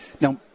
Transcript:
Now